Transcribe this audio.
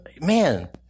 man